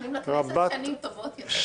מאחלים לכנסת שנים טובות יותר.